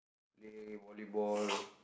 play volleyball